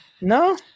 No